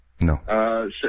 No